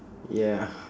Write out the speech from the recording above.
ya